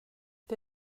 det